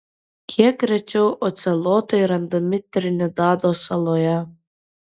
kiek rečiau ocelotai randami trinidado saloje